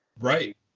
Right